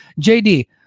JD